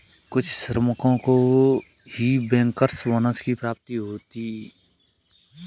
कुछ श्रमिकों को ही बैंकर्स बोनस की प्राप्ति होगी